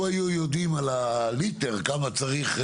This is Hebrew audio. אילו היו יודעים על הליטר כמה צריך,